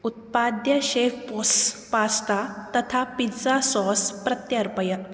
उत्पाद्यं शेफ्बोस् पास्ता तथा पिज़्ज़ा सास् प्रत्यर्पय